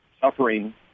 Suffering